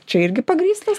čia irgi pagrįstas